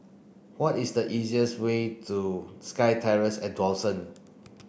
what is the easiest way to SkyTerrace at Dawson